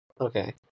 Okay